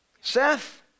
Seth